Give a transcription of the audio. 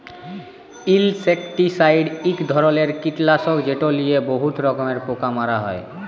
insecticide ইক ধরলের কিটলাসক যেট লিয়ে বহুত রকমের পোকা মারা হ্যয়